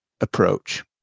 approach